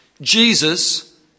Jesus